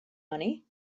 money